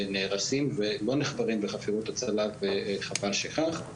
שנהרסים ולא נחפרים בחפירות הצלה וחבל שכך.